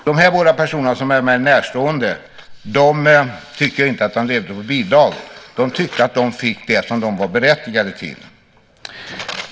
De båda personerna som är mig närstående tycker inte att de levde på bidrag. De tyckte att de fick vad de var berättigade till.